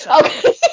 okay